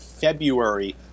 February